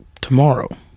tomorrow